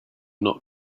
not